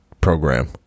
program